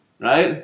Right